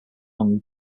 longer